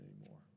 anymore